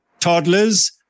toddlers